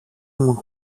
μου